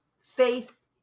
faith